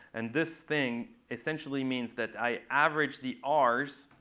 and this thing essentially means that i average the r's,